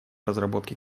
разработке